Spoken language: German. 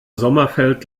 sommerfeld